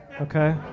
Okay